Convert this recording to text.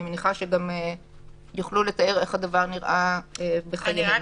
אני מניחה שיוכלו לתאר איך הדבר נראה בחיי היום-יום.